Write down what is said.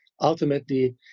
ultimately